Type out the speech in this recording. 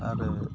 आरो